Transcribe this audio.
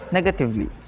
Negatively